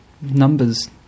numbers